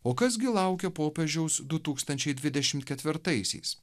o kas gi laukia popiežiaus du tūkstančiai dvidešimt ketvirtaisiais